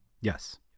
Yes